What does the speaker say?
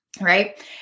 Right